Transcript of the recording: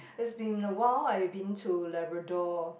it's been awhile I been to Labrador